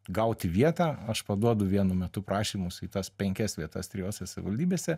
gauti vietą aš paduodu vienu metu prašymus į tas penkias vietas trijose savivaldybėse